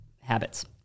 habits